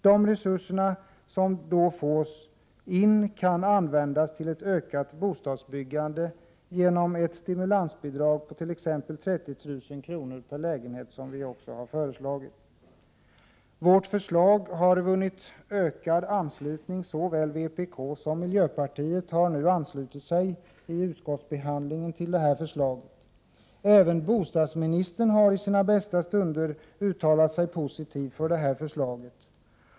De resurser som då skapas kan användas till ökat bostadsbyggande genom ett stimulansbidrag på t.ex. 30 000 kr. per lägenhet, vilket vi har föreslagit. Vårt förslag har vunnit ökad anslutning. Såväl vpk som miljöpartiet har vid utskottsbehandlingen anslutit sig av vårt förslag. Även bostadsministern har i sina bästa stunder uttalat sig positivt.